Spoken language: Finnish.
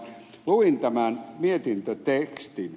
luin tämän mietintötekstin